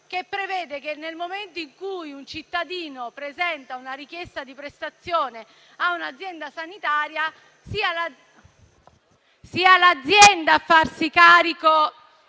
perché prevede che nel momento in cui un cittadino presenta una richiesta di prestazione a un'azienda sanitaria, sia questa a farsi carico